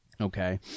Okay